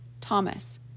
Thomas